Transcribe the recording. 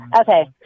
Okay